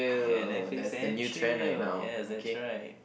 yeah Netflix and chill yes that's right